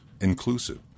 inclusive